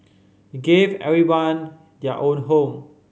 he gave everyone their own home